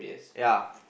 ya